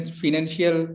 financial